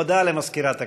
הודעה למזכירת הכנסת.